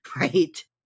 Right